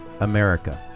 America